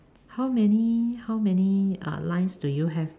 how many how many uh lines do you have